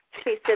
Okay